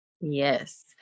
Yes